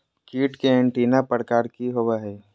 कीट के एंटीना प्रकार कि होवय हैय?